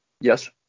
Yes